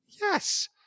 yes